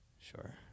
Sure